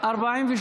2012, לא נתקבלה.